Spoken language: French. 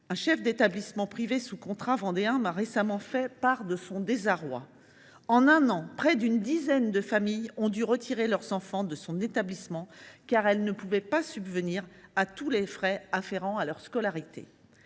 Le chef d’un établissement privé sous contrat vendéen me faisait récemment part de son désarroi : en un an, près d’une dizaine de familles ont dû retirer leurs enfants de son établissement, faute de pouvoir subvenir à l’ensemble des frais afférents à leur scolarité.